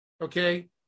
okay